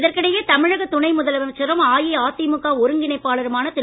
இதற்கிடையே தமிழக துணை முதலமைச்சரும் அஇஅதிமுக ஒருங்கிணைப்பாளருமான திரு